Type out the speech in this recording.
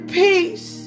peace